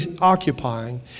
occupying